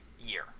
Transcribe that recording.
year